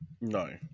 No